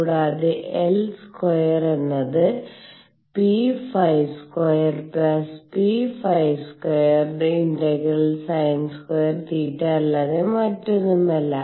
കൂടാതെ L square എന്നത് P2P2sin2 അല്ലാതെ മറ്റൊന്നുമല്ല